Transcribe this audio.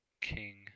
King